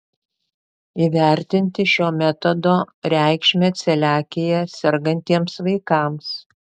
įvertinti šio metodo reikšmę celiakija sergantiems vaikams